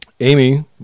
amy